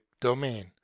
domain